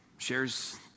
shares